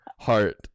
Heart